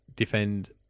defend